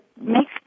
make